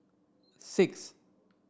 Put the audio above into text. six